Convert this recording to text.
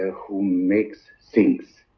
who makes things